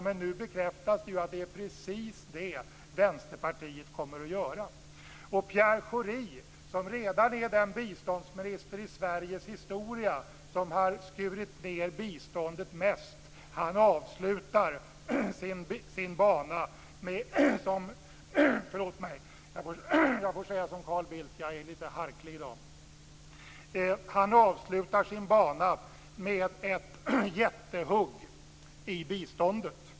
Men nu bekräftas det ju att det är precis det som Vänsterpartiet kommer att göra. Och Pierre Schori, som redan är den biståndsminister i Sveriges historia som har skurit ned biståndet mest, avslutar sin bana med ett jättehugg i biståndet.